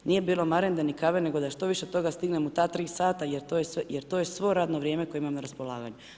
Nije bilo marende ni kave, nego da što više stignem u ta 3 sata, jer to je svo radno vrijeme koje imam na raspolaganju.